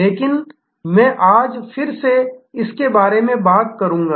लेकिन मैं आज फिर से इसके बारे में बात करूंगा